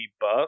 buff